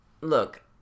look